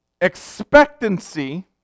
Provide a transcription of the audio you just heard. expectancy